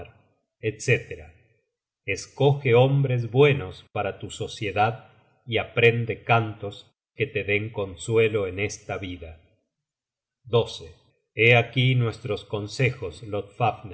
etc escoge hombres buenos para tu sociedad y aprende cantos que te den consuelo en esta vida hé aquí nuestros consejos